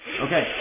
Okay